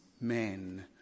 men